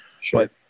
Sure